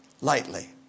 lightly